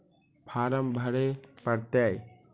Farm भरे परतय?